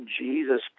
Jesus